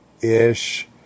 ish